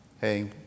hey